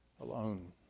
alone